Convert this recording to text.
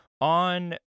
on